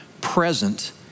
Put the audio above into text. present